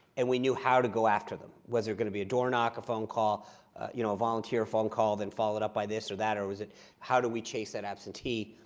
and we knew how to go after them. was there going to be a door knock, a phone call, you know a volunteer phone call then follow it up by this or that? or was it how do we chase that absentee?